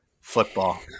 football